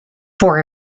for